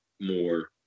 more